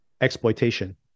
exploitation